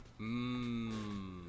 Mmm